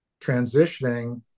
transitioning